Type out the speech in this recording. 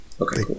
Okay